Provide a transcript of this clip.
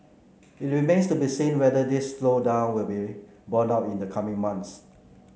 it remains to be seen whether this slowdown will be borne out in the coming months